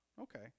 Okay